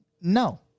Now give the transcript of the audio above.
No